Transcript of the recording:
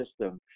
system